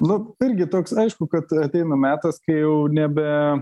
nu irgi toks aišku kad ateina metas kai jau nebe